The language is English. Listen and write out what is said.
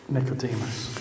Nicodemus